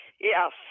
Yes